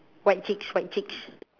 white chicks white chicks